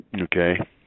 Okay